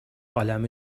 عالم